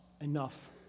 enough